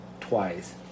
twice